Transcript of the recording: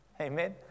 Amen